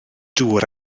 dŵr